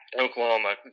Oklahoma